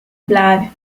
blood